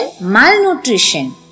malnutrition